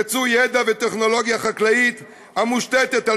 ייצוא ידע וטכנולוגיה חקלאית המושתתת על